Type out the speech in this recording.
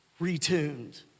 retuned